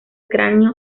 cráneo